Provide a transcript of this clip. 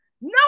No